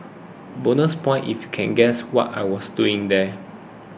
bonus points if you can guess what I was doing there